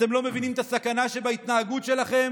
אתם לא מבינים את הסכנה שבהתנהגות שלכם?